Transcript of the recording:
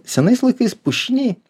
senais laikais pušiniai